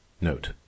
Note